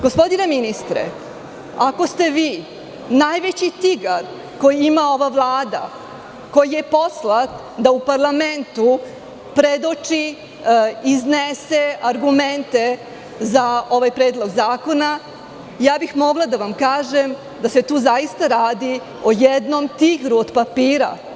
Gospodine ministre, ako ste vi najveći tigar koji ima ova Vlada, koji je poslat da u parlamentu predoči, iznese argumente za ovaj predlog zakona, mogla bih da vam kažem da se tu zaista radi o jednom tigru od papira.